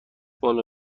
بالا